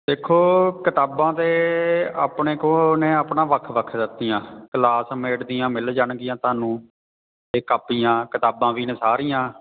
ਦੇਖੋ ਕਿਤਾਬਾਂ ਤਾਂ ਆਪਣੇ ਕੋਲ ਨੇ ਆਪਣਾ ਵੱਖ ਵੱਖ ਦੱਤੀਆਂ ਕਲਾਸਮੇਟ ਦੀਆਂ ਮਿਲ ਜਾਣਗੀਆਂ ਤੁਹਾਨੂੰ ਇਹ ਕਾਪੀਆਂ ਕਿਤਾਬਾਂ ਵੀ ਨੇ ਸਾਰੀਆਂ